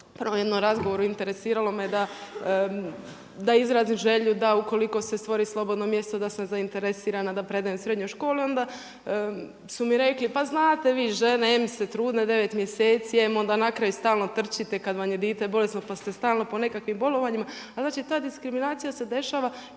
na jednom razgovoru, interesiralo me da izrazim želju da ukoliko se stvori slobodno mjesto da sam zainteresiran da predajem u srednjoj školi onda su mi rekli, pa znate vi žene em ste trudne 9 mjeseci em onda na kraju stalno trčite kada vam je dijete bolesno pa ste stalno po nekakvim bolovanjima. A znači ta diskriminacija se dešava